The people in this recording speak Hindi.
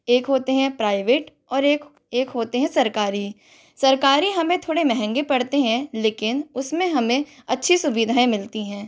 एक होते हैं प्राइवेट और एक एक होते हैं सरकारी सरकारी हमें थोड़े महंगे पड़ते हैं लेकिन उसमें हमें अच्छी सुविधाएँ मिलती हैं